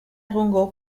egongo